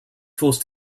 forced